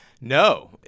No